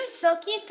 silky